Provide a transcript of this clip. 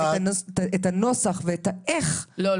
את הנוסח ואת האיך -- לא,